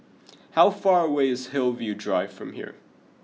how far away is Hillview Drive from here